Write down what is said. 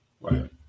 Right